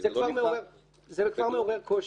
זה כבר מעורר קושי.